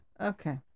Okay